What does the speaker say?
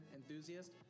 enthusiast